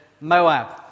Moab